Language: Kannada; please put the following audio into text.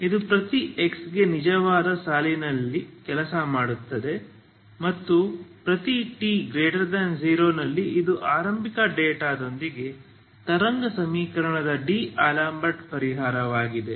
ಇದು ಪ್ರತಿ x ಗೆ ನಿಜವಾದ ಸಾಲಿನಲ್ಲಿ ಕೆಲಸ ಮಾಡುತ್ತದೆ ಮತ್ತು ಪ್ರತಿ t0 ನಲ್ಲಿ ಇದು ಆರಂಭಿಕ ಡೇಟಾದೊಂದಿಗೆ ತರಂಗ ಸಮೀಕರಣದ ಡಿಅಲೆಂಬರ್ಟ್ ಪರಿಹಾರವಾಗಿದೆ